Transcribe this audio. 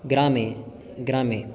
ग्रामे ग्रामे